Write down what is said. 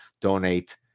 donate